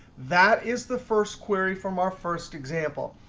that is the first query from our first example.